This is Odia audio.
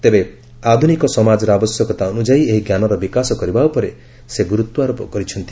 ତେବେ ଆଧୁନିକ ସମାଜର ଆବଶ୍ୟକତା ଅନୁଯାୟୀ ଏହି ଜ୍ଞାନର ବିକାଶ କରିବା ଉପରେ ଶ୍ରୀ ମୋଦି ଗୁର୍ତ୍ୱାରୋପ କରିଛନ୍ତି